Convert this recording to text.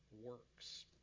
works